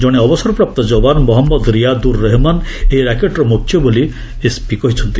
ଜଣେ ଅବସରପ୍ରାପ୍ତ ଯବାନ ମହମ୍ମଦ ରିୟାଦୁର୍ ରେହେମାନ୍ ଏହି ର୍ୟାକେଟ୍ର ମୁଖ୍ୟ ବୋଲି ଏସ୍ପି କହିଛନ୍ତି